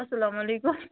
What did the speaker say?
اَسلامُ عَلیکُم